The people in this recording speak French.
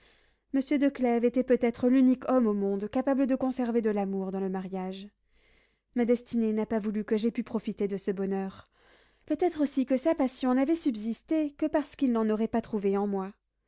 monsieur de clèves était peut-être l'unique homme du monde capable de conserver de l'amour dans le mariage ma destinée n'a pas voulu que j'aie pu profiter de ce bonheur peut-être aussi que sa passion n'avait subsisté que parce qu'il n'en aurait pas trouvé en moi